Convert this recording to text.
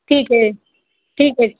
ठीक है ठीक है